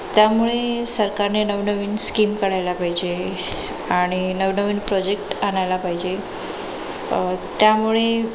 त्यामुळे सरकारने नव नवीन स्कीम काढायला पाहिजे आणि नव नवीन प्रोजेक्ट आणायला पाहिजे त्यामुळे